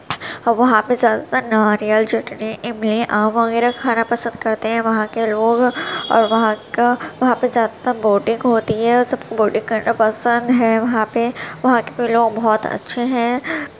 اور وہاں پہ زیادہ تر ناریل چٹنی املی آم وغیر کھانا پسند کرتے ہیں وہاں کے لوگ اور وہاں کا وہاں پہ زیادہ تر بوٹنگ ہوتی ہے اور سب کو بوٹنگ کرنا پسند ہیں وہاں پہ وہاں کے لوگ بہت اچھے ہیں